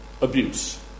abuse